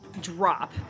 drop